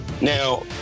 Now